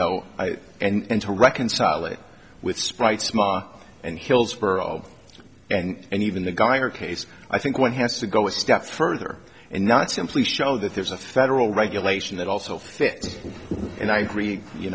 though and to reconcile it with sprite small and hillsborough and even the guy or case i think one has to go a step further and not simply show that there's a federal regulation that also fit and i